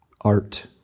Art